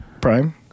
Prime